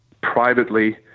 privately